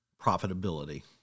profitability